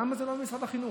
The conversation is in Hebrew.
למה זה לא במשרד החינוך?